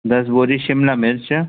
दस बोरी शिमला मिर्च